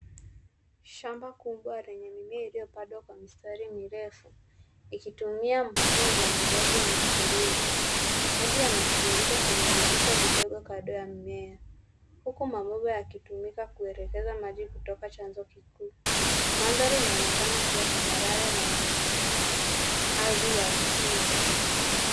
Shamba kubwa lenye mimea iliyopandwa kwa mistari mirefu, ikitumia mfumo wa umwagiliaji wa mifereji. Maji yanatiririka kwenye vijito vidogo kando ya mimea, huku magugu yakitumika kuelekeza maji kutoka chanzo kikuu. Mandhari inaonekana kuwa tambarare na yenye ardhi ya rotuba.